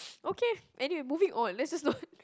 okay anyway moving on let's just not